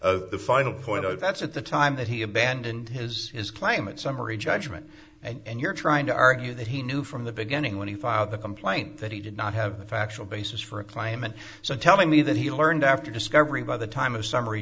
of the final point zero that's at the time that he abandoned his his climate summary judgment and you're trying to argue that he knew from the beginning when he filed the complaint that he did not have a factual basis for a claim and so telling me that he learned after discovery by the time of summary